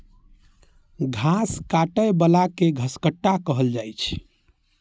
घास काटै बला कें घसकट्टा कहल जाइ छै